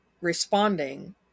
responding